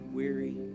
weary